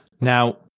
Now